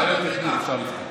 בעיות טכניות אפשר לפתור.